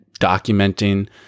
documenting